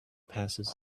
passes